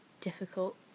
difficult